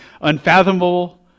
Unfathomable